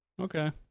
Okay